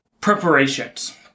preparations